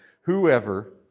whoever